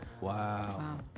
wow